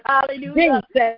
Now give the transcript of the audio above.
Hallelujah